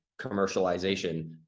commercialization